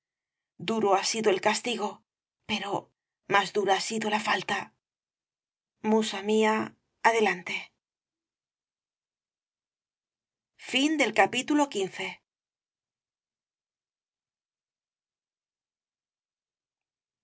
duro ha sido el castigo pero más dura ha sido la falta musa mía adelante el